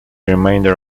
remainder